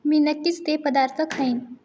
मी नक्कीच ते पदार्थ खाईन